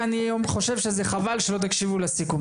כי אני חושב שזה חבל שלא תקשיבו לסיכום.